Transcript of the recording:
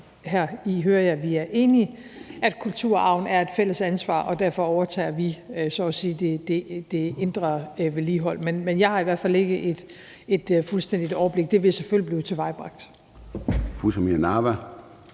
jeg hører her også, at vi er enige om, at kulturarven er et fælles ansvar – og at vi derfor så at sige netop overtager det indre vedligehold. Men jeg har i hvert fald ikke et fuldstændigt overblik, og det vil selvfølgelig blive tilvejebragt.